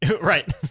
Right